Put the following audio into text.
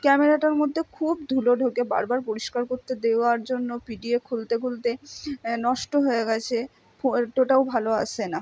ক্যামেরাটার মধ্যেও খুব ধুলো ঢোকে বারবার পরিষ্কার করতে দেওয়ার জন্য পিডিএ খুলতে খুলতে নষ্ট হয়ে গেছে ফটোটাও ভালো আসে না